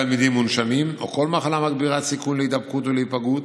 תלמידים מונשמים או כל מחלה מגבירת סיכון להידבקות ולהיפגעות,